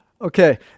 Okay